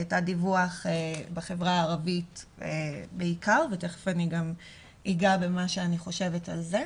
תת דיווח בחברה הערבית בעיקר ותיכף אני גם אגע במה שאני חושבת על זה.